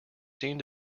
seemed